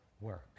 work